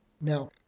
Now